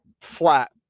flat